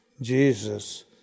Jesus